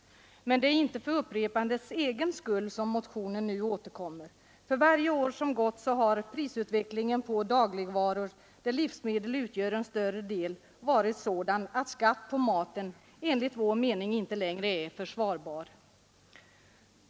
Men det är inte för upprepandets egen skull som motionen nu återkommer. För varje år som gått har prisutvecklingen på dagligvaror, där livsmedel utgör en större del, varit sådan att skatt på maten enligt vår mening inte längre är försvarbar.